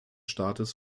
staates